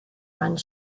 one